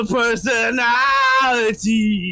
personality